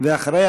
ואחריה,